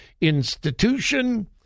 institution